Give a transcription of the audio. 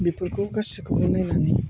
बिफोरखौ गासैखौबो नायनानै